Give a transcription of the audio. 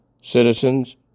Citizens